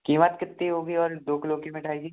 कीमत कितनी होगी और दो किलो की मिठाई की